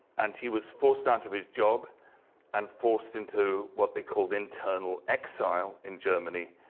and he was forced out of his job and forced into what they called internal exile in germany,